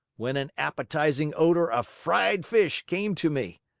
when an appetizing odor of fried fish came to me.